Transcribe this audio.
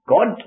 God